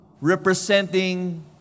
representing